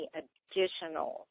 additional